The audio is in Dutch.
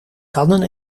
kannen